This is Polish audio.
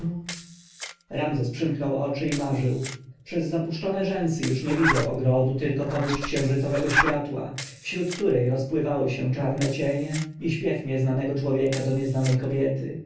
ramzes przymknął oczy i marzył przez zapuszczone rzęsy już nie widział ogrodu tylko powódź księżycowego światła wśród której rozpływały się czarne cienie i śpiew nieznanego człowieka do nieznanej kobiety